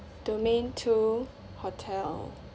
domain two hotel